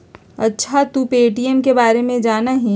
अच्छा तू पे.टी.एम के बारे में जाना हीं?